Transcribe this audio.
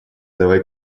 давай